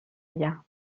ella